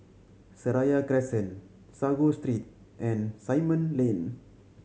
Seraya Crescent Sago Street and Simon Lane